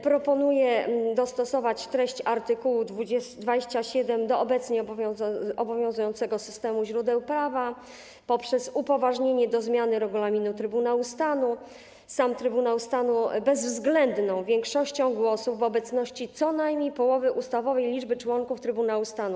Proponuję dostosować treść art. 27 do obecnie obowiązującego systemu źródeł prawa poprzez upoważnienie do zmiany regulaminu Trybunału Stanu sam Trybunał Stanu bezwzględną większością głosów w obecności co najmniej połowy ustawowej liczby członków Trybunału Stanu.